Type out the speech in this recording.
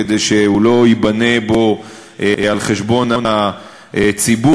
כדי שלא ייבנה בו על חשבון הציבור,